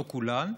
לא כולן,